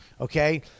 okay